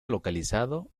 localizado